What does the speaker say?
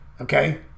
Okay